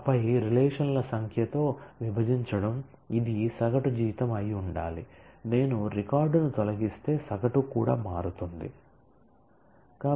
ఆపై రిలేషన్ ల సంఖ్యతో విభజించడం ఇది సగటు జీతం అయి ఉండాలి నేను రికార్డును తొలగిస్తే సగటు కూడా మారుతుంది